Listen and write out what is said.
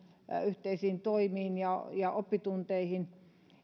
yhteisiin toimiin ja ja oppitunteihin